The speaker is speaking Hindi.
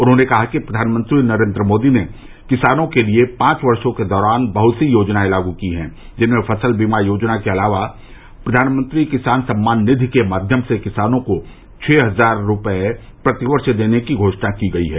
उन्होंने कहा कि प्रधानमंत्री नरेन्द्र मोदी ने किसानों के लिए पाँच वर्षो के दौरान बहत सी योजनायें लागू की हैं जिसमें फसल बीमा योजना के अलावा प्रधानमंत्री किसान सम्मान निधि के माध्यम से किसानों को छः हजार प्रतिवर्ष देने की घोषणा की गयी है